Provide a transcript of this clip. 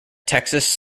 texas